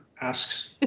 asks